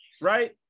right